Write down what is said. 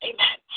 Amen